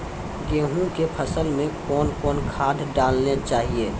गेहूँ के फसल मे कौन कौन खाद डालने चाहिए?